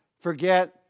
forget